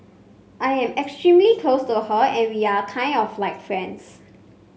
I am extremely close to her and we are kind of like friends